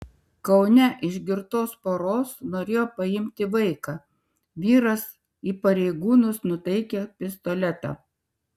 kaune iš girtos poros norėjo paimti vaiką vyras į pareigūnus nutaikė pistoletą